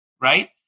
right